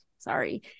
sorry